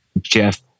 Jeff